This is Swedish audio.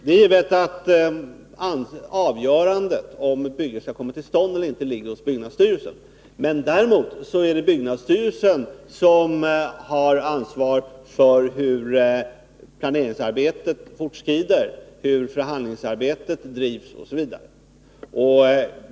Det är givet att avgörandet om byggen skall komma till stånd eller ej inte ligger hos byggnadsstyrelsen. Däremot är byggnadsstyrelsen ansvarig för hur planeringsarbetet fortskrider, hur förhandlingsarbetet drivs osv.